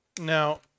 Now